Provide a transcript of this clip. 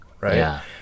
right